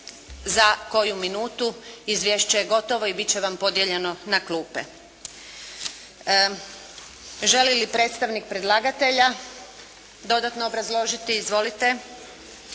za koju minutu, Izvješće je gotovo i biti će vam podijeljeno na klupe. Želi li predstavnik predlagatelja dodatno obrazložiti. Izvolite.